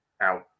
out